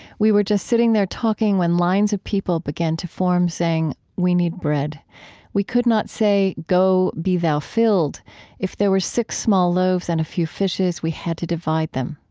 we were just sitting there talking when lines of people began to form saying, we need bread we could not say, go, be thou filled if there were six small loaves and a few fishes, we had to divide them.